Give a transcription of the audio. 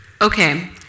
Okay